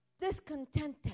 discontented